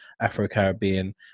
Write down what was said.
Afro-Caribbean